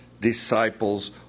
disciples